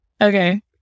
okay